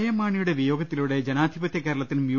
M മാണിയുടെ വിയോഗത്തിലൂടെ ജനാധിപത്യ കേരളത്തിനും യു